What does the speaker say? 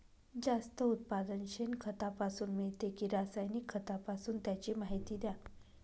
जास्त उत्पादन शेणखतापासून मिळते कि रासायनिक खतापासून? त्याची माहिती द्या